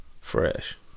Fresh